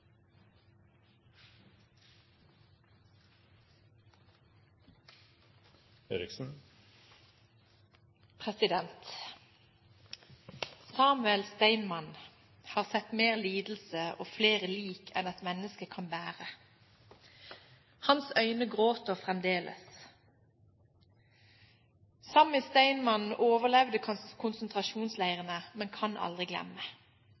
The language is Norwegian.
Steinmann har sett mer lidelse og flere lik enn et menneske kan bære. Hans øyne gråter fremdeles. Sammy Steinmann overlevde konsentrasjonsleirene, men kan aldri glemme.